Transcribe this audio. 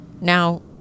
Now